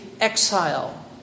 exile